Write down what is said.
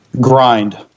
grind